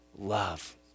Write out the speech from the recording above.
love